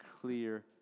clear